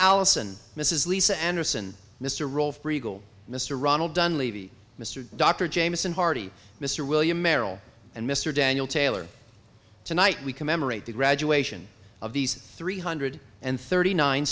allison mrs lisa anderson mr rolfe regal mr ronald done levy mr dr jamison hardy mr william merrill and mr daniel taylor tonight we commemorate the graduation of these three hundred and thirty nine